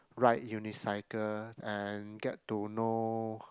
ride unicycle and get to know